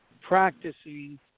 practicing